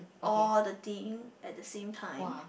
all the things at the same times